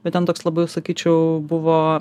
bet ten toks labai jau sakyčiau buvo